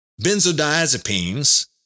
benzodiazepines